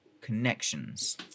connections